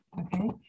okay